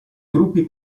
gruppi